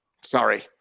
Sorry